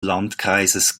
landkreises